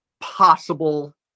possible